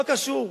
לא קשור.